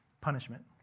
punishment